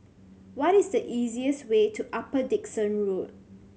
what is the easiest way to Upper Dickson Road